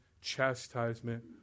chastisement